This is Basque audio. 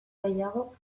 gehiago